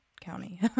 County